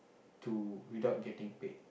to without getting paid